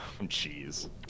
Jeez